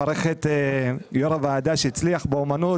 מברך את יו"ר הוועדה שהצליח באומנות